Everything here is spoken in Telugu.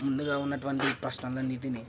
ముందుగా ఉన్నటువంటి ప్రశ్నలు అన్నిటిని